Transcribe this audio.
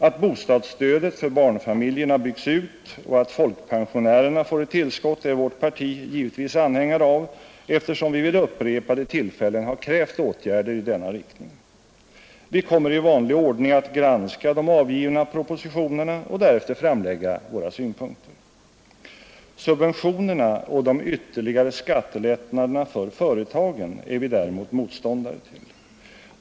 Att bostadsstödet för barnfamiljerna byggs ut och att folkpensionärerna får ett tillskott är vårt parti givetvis anhängare av, eftersom vi vid upprepade tillfällen krävt åtgärder i denna riktning. Vi kommer i vanlig ordning att granska de avgivna propositionerna och därefter framlägga våra synpunkter. Subventionerna och de ytterligare skattelättnaderna för företagen är vi däremot motståndare till.